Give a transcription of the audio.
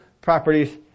properties